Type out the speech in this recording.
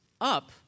up